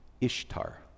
Ishtar